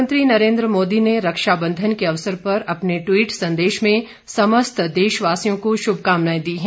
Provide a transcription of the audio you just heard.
प्रधानमंत्री नरेन्द्र मोदी ने रक्षाबंधन के अवसर पर अपने ट्वीट संदेश में समस्त देशवासियों को शुभकामनाएँ दी हैं